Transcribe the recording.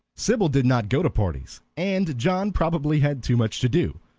sybil did not go to parties, and john probably had too much to do.